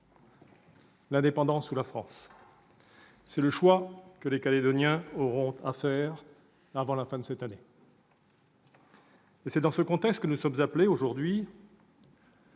L'indépendance ou la France ? Tel est le choix que les Calédoniens auront à faire avant la fin de cette année. C'est dans ce contexte que nous sommes appelés aujourd'hui,